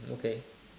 okay